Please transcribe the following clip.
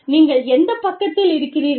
நீங்கள் எந்தப் பக்கத்தில் இருக்கிறீர்கள்